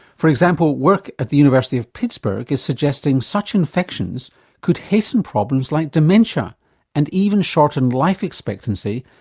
for example, work at the university of pittsburgh is suggesting such infections could hasten problems like dementia and even shorten life expectancy,